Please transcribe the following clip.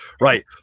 Right